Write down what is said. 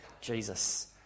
Jesus